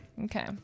Okay